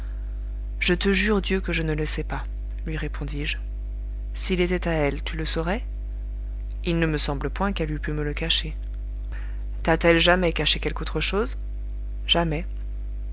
je te jure dieu que je ne le sais pas lui répondis-je s'il était à elle tu le saurais il ne me semble point qu'elle eût pu me le cacher t'a-t-elle jamais caché quelque autre chose jamais